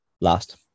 last